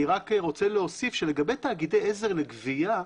אני רק רוצה להוסיף שלגבי תאגידי עזר לגבייה,